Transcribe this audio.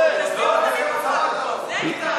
בדיוק, תסתירו את המיקרופונים.